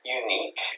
unique